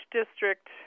district